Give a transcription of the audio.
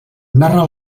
narra